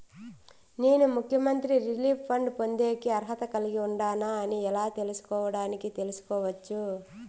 నేను ముఖ్యమంత్రి relief fund పొందేకి అర్హత కలిగి ఉండానా అని ఎలా తెలుసుకోవడానికి తెలుసుకోవచ్చు